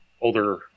older